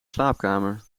slaapkamer